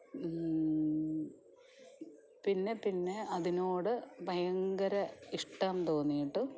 പിന്നെ പിന്നെ അതിനോട് ഭയങ്കര ഇഷ്ടം തോന്നിയിട്ട്